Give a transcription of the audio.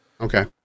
Okay